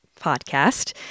podcast